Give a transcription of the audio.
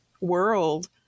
world